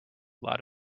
lot